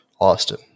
Austin